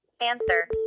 Answer